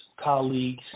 colleagues